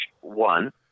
one